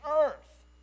earth